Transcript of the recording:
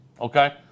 okay